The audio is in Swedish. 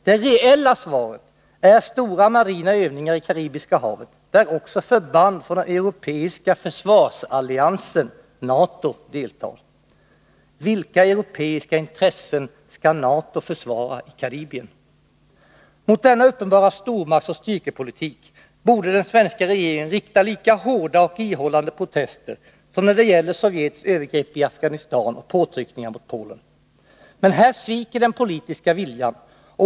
Det reella svaret är stora marina övningar i Karibiska havet, där också förband från den europeiska ”försvarsalliansen” NATO deltar. Vilka europeiska intressen skall NATO försvara i Karibien? Mot denna uppenbara stormaktsoch styrkepolitik borde den svenska regeringen rikta lika hårda och ihållande protester som när det gäller Sovjets övergrepp i Afghanistan och påtryckningar mot Polen. Men här sviker den politiska viljan.